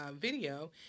video